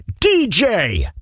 DJ